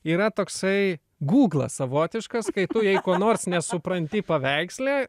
yra toksai gūglas savotiškas kai tu jei ko nors nesupranti paveiksle